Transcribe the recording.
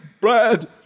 Brad